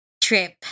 trip